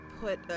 put